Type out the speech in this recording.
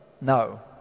No